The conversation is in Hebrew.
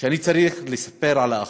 ואני צריך לספר על האחדות.